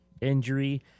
injury